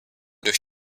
durch